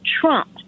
trump